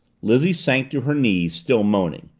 lizzie sank to her knees, still moaning,